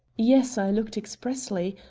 yes i looked expressly.